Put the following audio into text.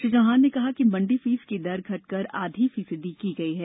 श्री चौहान ने कहा कि मंडी फीस की दर घटाकर आध फीसदी की गई है